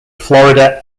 florida